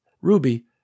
Ruby